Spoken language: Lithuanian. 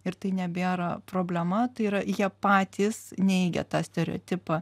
ir tai nebėra problema tai yra jie patys neigia tą stereotipą